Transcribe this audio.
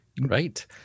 Right